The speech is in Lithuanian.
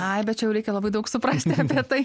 ai bet čia jau reikia labai daug suprasti apie tai